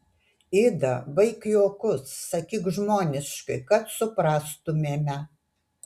ida baik juokus sakyk žmoniškai kad suprastumėme